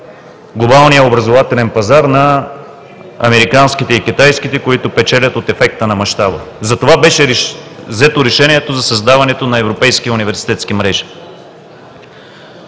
глобалния образователен пазар на американските и китайските, които печелят от ефекта на мащаба. Затова беше взето решението за създаването на европейски университетски мрежи.